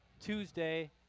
Tuesday